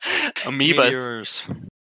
Amoebas